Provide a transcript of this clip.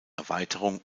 erweiterung